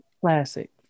Classic